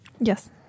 Yes